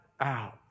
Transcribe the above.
out